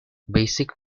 basic